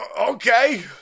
Okay